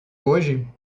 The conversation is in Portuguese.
hoje